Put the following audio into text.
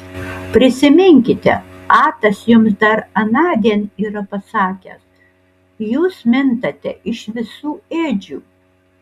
prisiminkite atas jums dar anądien yra pasakęs jūs mintate iš visų ėdžių